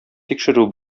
тикшерү